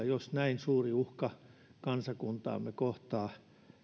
jos näin suuri uhka kansakuntaamme kohtaa